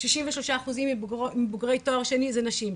שישים ושלושה אחוזים בוגרי תואר שני זה נשים,